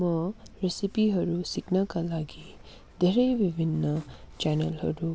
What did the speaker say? म रेसिपीहरू सिक्नका लागि धैरै विभिन्न च्यानलहरू